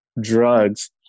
drugs